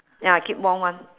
ya keep warm one